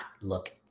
look